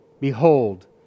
Behold